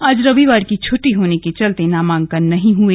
आज रविवार की छुट्टी होने के चलते नामांकन नहीं हुए